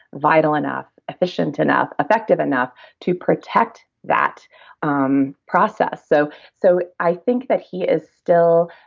vital enough, efficient enough, effective enough to protect that um process, so so i think that he is still